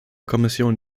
kommission